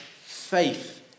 faith